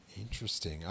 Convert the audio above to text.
Interesting